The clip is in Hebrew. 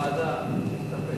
להסתפק.